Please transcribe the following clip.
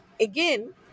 again